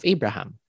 Abraham